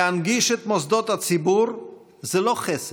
להנגיש את מוסדות הציבור זה לא חסד,